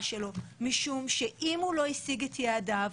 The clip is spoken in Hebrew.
שלו משום שאם הוא לא השיג את יעדיו,